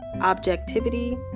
objectivity